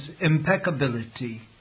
impeccability